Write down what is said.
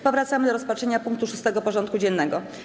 Powracamy do rozpatrzenia punktu 6. porządku dziennego: